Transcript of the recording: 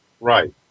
Right